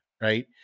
Right